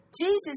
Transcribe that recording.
Jesus